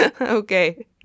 Okay